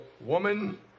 woman